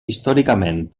històricament